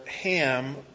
Ham